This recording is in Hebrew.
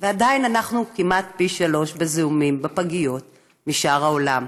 ועדיין אנחנו כמעט פי שלושה בזיהומים בפגיות משאר העולם.